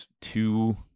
two